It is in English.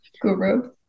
Guru